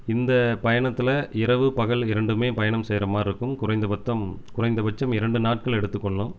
இந்த பயணத்தில் இரவு பகல் இரண்டுமே பயணம் செய்கிற மாதிரி இருக்கும் மொத்தம் குறைந்த பட்சம் குறைந்த பட்சம் இரண்டு நாட்கள் எடுத்துக்கொள்ளும்